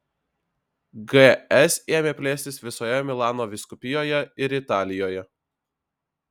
gs ėmė plėstis visoje milano vyskupijoje ir italijoje